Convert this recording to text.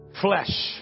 flesh